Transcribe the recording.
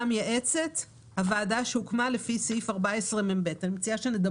המייעצת" הוועדה שהוקמה לפי סעיף 14מב; "חומר